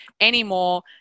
anymore